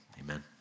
Amen